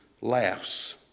laughs